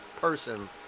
person